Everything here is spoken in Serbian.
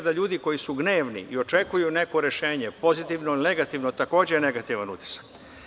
Mnogi ljudi, 99.000 su gnevni i očekuju neko rešenje, pozitivno ili negativno je takođe negativan utisak.